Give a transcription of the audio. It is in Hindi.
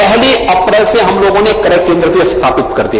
पहली अप्रैल से हम लोगों ने क्रय केन्द्र स्थापित कर दिये